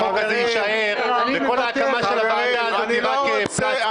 החוק הזה יישאר וכל ההקמה של הוועדה הזאת היא רק פלסתר.